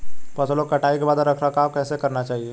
फसलों की कटाई के बाद रख रखाव कैसे करना चाहिये?